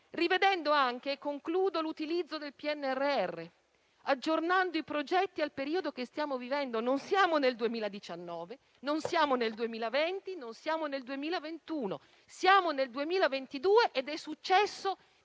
rivedendo anche - e concludo - l'utilizzo del PNRR, aggiornando i progetti al periodo che stiamo vivendo. Non siamo nel 2019, non siamo nel 2020, non siamo nel 2021: siamo nel 2022 ed è successo